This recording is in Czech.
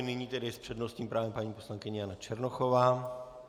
Nyní tedy s přednostním právem paní poslankyně Jana Černochová.